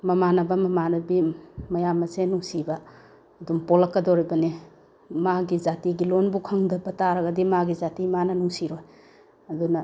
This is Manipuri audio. ꯃꯃꯥꯟꯅꯕ ꯃꯃꯥꯟꯅꯕꯤ ꯃꯌꯥꯝ ꯑꯁꯦ ꯅꯨꯡꯁꯤꯕ ꯑꯗꯨꯝ ꯄꯣꯛꯂꯛꯀꯗꯧꯔꯤꯕꯅꯦ ꯃꯥꯒꯤ ꯖꯥꯇꯤꯒꯤ ꯂꯣꯜꯕꯨ ꯈꯪꯗꯕ ꯇꯥꯔꯕꯗꯤ ꯃꯥꯒꯤ ꯖꯥꯇꯤ ꯃꯥꯅ ꯅꯨꯡꯁꯤꯔꯣꯏ ꯑꯗꯨꯅ